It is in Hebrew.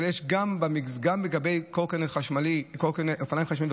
אבל גם לגבי קורקינטים ואופניים חשמליים,